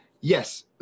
Yes